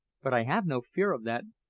but i have no fear of that.